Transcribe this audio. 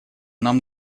нам